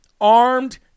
armed